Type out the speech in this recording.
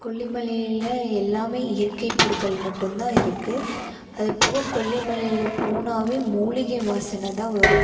கொல்லி மலையில் எல்லாமே இயற்கை பொருள்கள் மட்டும் தான் இருக்குது அதுபோக கொல்லி மலையில் போனாவே மூலிகை வாசனை தான் வரும்